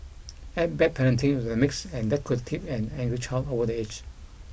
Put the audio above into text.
add bad parenting into the mix and that could tip an angry child over the edge